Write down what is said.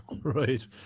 Right